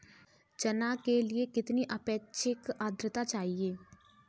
चना के लिए कितनी आपेक्षिक आद्रता चाहिए?